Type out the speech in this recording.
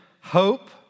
hope